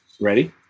Ready